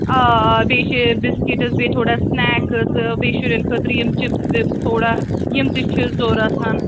آ آ بیٚیہِ چھِ بِسکِٹٕس بیٚیہِ تھوڑا سِنٮ۪کٕس بیٚیہِ شُرٮ۪ن خٲطرٕ یِم چِپسِس وِٕپٕس تھوڑا یِم تہِ چھِ ضروٗرت